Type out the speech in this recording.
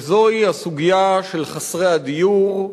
וזוהי הסוגיה של חסרי הדיור,